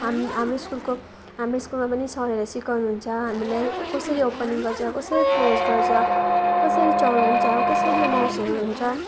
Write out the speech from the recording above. हाम हाम्रो स्कुलको हाम्रो स्कुलमा पनि सरहरूले सिकाउनु हुन्छ हामीलाई कसरी ओपनिङ गर्छ कसरी क्लोज गर्छ कसरी चलाउँछ कसरी माउसहरू हुन्छ